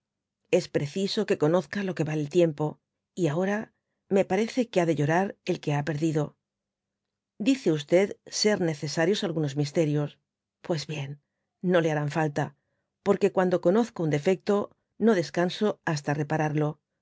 es preciso que conozca lo que vale el tiempo y ahora me parece que ha de llorar el que ha perdido dice ser necesarios algunos misteriofi pues bien y no le harán lta porque cuando conozco un defecto no descanso hasta repararlo